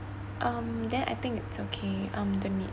um then I think it's okay um don't need